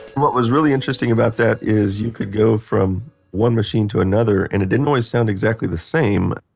what was really interesting about that is you could go from one machine to another and it didn't always sound exactly the same.